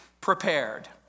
prepared